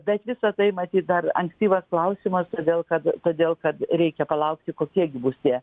bet visa tai matyt dar ankstyvas klausimas todėl kad todėl kad reikia palaukti kokie gi bus tie